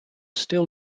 still